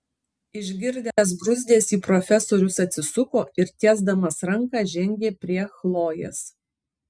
išgirdęs bruzdesį profesorius atsisuko ir tiesdamas ranką žengė prie chlojės